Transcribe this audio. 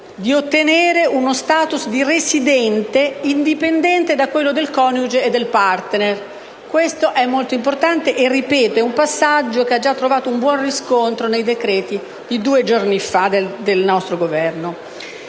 di ottenere uno *status* di residente indipendente da quello del coniuge e del *partner*: questo è molto importante e - ripeto - è un passaggio che ha già trovato buon riscontro nei decreti emanati due giorni fa dal nostro Governo.